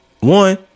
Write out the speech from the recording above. one